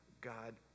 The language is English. God